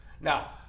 Now